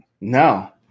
No